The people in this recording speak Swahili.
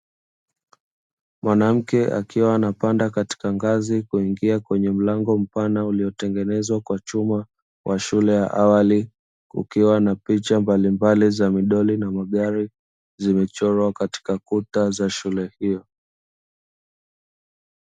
Mwanamke akiwa anapanda katika ngazi kuingia kwenye mlango mpana uliotengenezwa kwa chuma, wa shule ya awali, ukiwa na picha mbalimbali za midoli na magari zimechorwa katika kuta za shule hiyo.